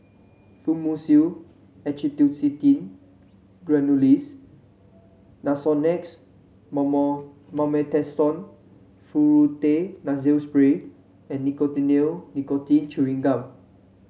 Fluimucil Acetylcysteine Granules Nasonex Mometasone Furoate Nasal Spray and Nicotinell Nicotine Chewing Gum